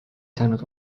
saanud